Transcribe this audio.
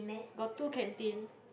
got two canteen